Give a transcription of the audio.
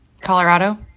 Colorado